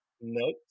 no